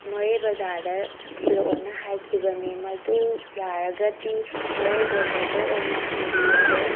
ꯃꯣꯔꯦ ꯕꯖꯥꯔꯗ ꯊꯤꯜꯂꯛꯑꯣꯅ ꯍꯥꯏꯈꯤꯕꯅꯦ ꯃꯗꯨ ꯌꯥꯔꯒꯗꯤ ꯃꯣꯔꯦ ꯕꯣꯗꯔꯗ ꯑꯣꯏꯅ ꯊꯤꯟꯕꯤꯔꯛꯑꯣ